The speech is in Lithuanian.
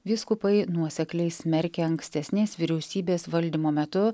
vyskupai nuosekliai smerkė ankstesnės vyriausybės valdymo metu